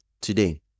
today